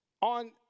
On